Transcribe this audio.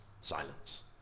Silence